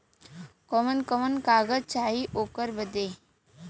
कवन कवन कागज चाही ओकर बदे?